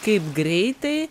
kaip greitai